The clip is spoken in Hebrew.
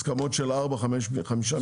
הסכמות של חמישה משרדים?